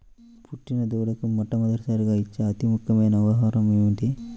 పుట్టిన దూడకు మొట్టమొదటిసారిగా ఇచ్చే అతి ముఖ్యమైన ఆహారము ఏంటి?